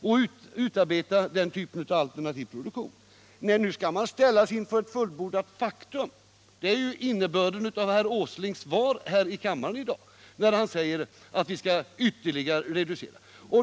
Innebörden av herr Åslings svar i dag på min fråga är att man nu skall ställas inför fullbordat faktum i form av en ytterligare reducering av varvskapaciteten.